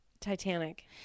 Titanic